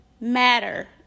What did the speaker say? matter